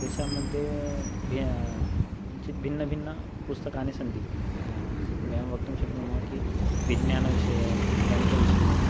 तेषां मध्ये भि किञ्चित् भिन्नभिन्नपुस्तकानि सन्ति वयं वक्तुं शक्नुमः किं विज्ञानविषये गणितविषये